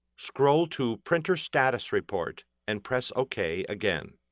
scroll to printer status report and press ok again.